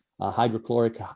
hydrochloric